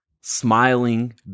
smiling